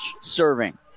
serving